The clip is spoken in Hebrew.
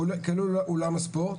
כולל אולם הספורט,